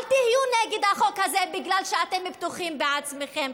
אל תהיו נגד החוק הזה בגלל שאתם בטוחים בעצמכם.